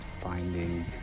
finding